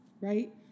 right